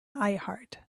iheart